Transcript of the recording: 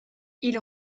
ils